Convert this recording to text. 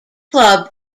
club